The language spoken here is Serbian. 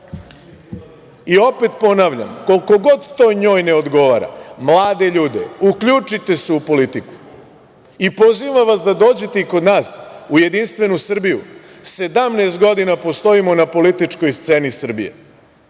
opet ponavljam, koliko god to njoj ne odgovara, mladi ljudi, uključite se u politiku. Pozivam vas da dođete i kod nas u Jedinstvenu Srbiju. Postojimo 17 godina na političkoj sceni Srbije.